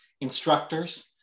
instructors